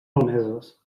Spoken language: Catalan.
malmeses